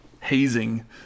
hazing